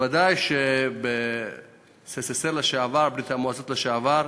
בוודאי שבססס"ר לשעבר, בברית-המועצות לשעבר,